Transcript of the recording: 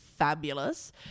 fabulous